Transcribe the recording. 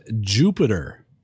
jupiter